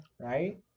right